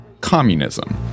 communism